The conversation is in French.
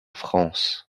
france